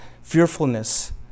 fearfulness